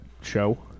show